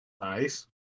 nice